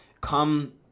come